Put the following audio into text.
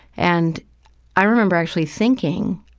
and i remember actually thinking,